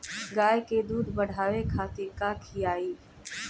गाय के दूध बढ़ावे खातिर का खियायिं?